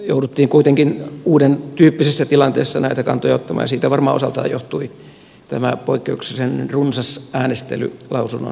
jouduttiin kuitenkin uuden tyyppisessä tilanteessa näitä kantoja ottamaan ja siitä varmaan osaltaan johtui tämä poikkeuksellisen runsas äänestely lausunnon rakentamisessa